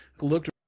looked